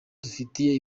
dufitiye